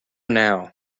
now